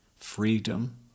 freedom